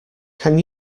can